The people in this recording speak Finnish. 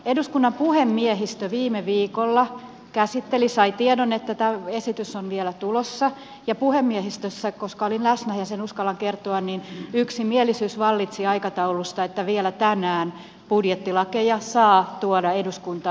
eduskunnan puhemiehistö viime viikolla käsitteli sai tiedon että tämä esitys on vielä tulossa ja puhemiehistössä jossa olin läsnä ja sen uskallan kertoa yksimielisyys vallitsi aikataulusta että vielä tänään budjettilakeja saa tuoda eduskuntaan